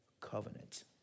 covenant